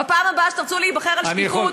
בפעם הבאה שתרצו להיבחר על שקיפות,